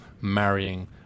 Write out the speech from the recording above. marrying